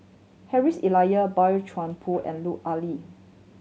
Harry's Elia Boey Chuan Poh and Lut Ali